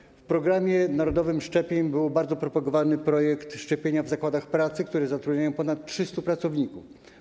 W narodowym programie szczepień był bardzo propagowany projekt szczepienia w zakładach pracy, które zatrudniają ponad 300 pracowników.